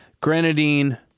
grenadine